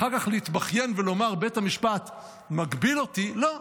אחר כך להתבכיין ולומר, בית המשפט מגביל אותי, לא.